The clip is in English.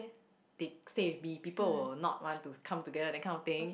they play with the people will not want to come together that kind of thing